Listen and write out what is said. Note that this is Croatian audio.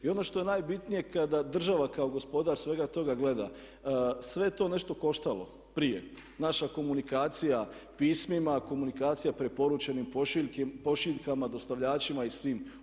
I ono što je najbitnije kada država kao gospodar svega toga gleda sve to je nešto koštalo prije, naša komunikacija pismima, komunikacija preporučenim pošiljkama, dostavljačima i svime.